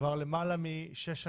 כבר למעלה משש,